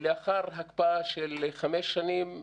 לאחר הקפאה של חמש שנים,